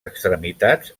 extremitats